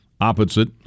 opposite